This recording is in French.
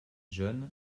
jeune